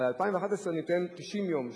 על 2011 ניתן 90 יום,